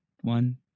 One